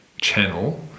channel